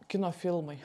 kino filmai